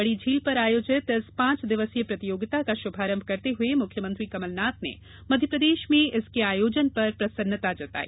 बड़ी झील पर आयोजित इस पांच दिवसीय प्रतियोगिता का शुभारम्भ करते हुए मुख्यमंत्री कमलनाथ ने मध्यप्रदेश में इसके आयोजन पर प्रसन्नता जताई